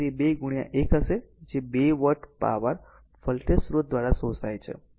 તેથી તે 2 1 હશે જે 2 વોટ પાવર વોલ્ટેજ સ્રોત દ્વારા શોષાય છે